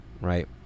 right